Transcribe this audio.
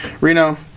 Reno